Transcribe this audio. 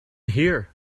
here